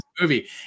movie